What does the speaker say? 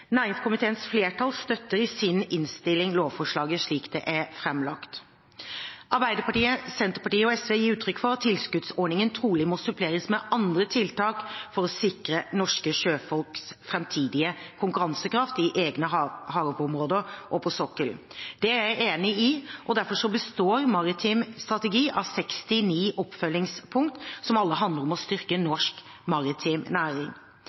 Næringskomiteens flertall støtter i sin innstilling lovforslaget slik det er framlagt. Arbeiderpartiet, Senterpartiet og SV gir uttrykk for at tilskuddsordningen trolig må suppleres med andre tiltak for å sikre norske sjøfolks framtidige konkurransekraft i egne havområder og på sokkelen. Det er jeg enig i, og derfor består maritim strategi av 69 oppfølgingspunkter som alle handler om å styrke norsk maritim næring.